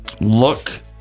look